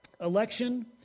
Election